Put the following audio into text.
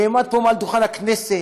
נעמד פה מעל דוכן הכנסת,